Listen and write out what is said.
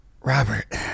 robert